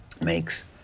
makes